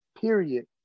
period